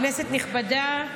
כנסת נכבדה,